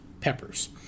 peppers